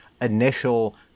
initial